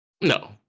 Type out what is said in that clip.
No